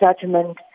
judgment